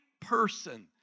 person